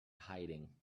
hiding